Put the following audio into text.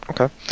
okay